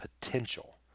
potential